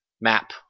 map